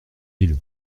ils